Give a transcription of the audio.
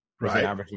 right